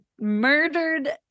murdered